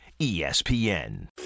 ESPN